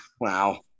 Wow